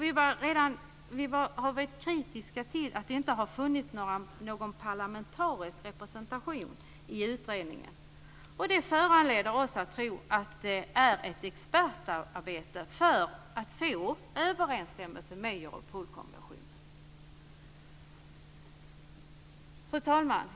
Vi har varit kritiska till att det inte har funnits någon parlamentarisk representation i utredningen. Detta föranleder oss att tro att det är ett expertarbete för att få överensstämmelse med Europolkonventionen. Fru talman!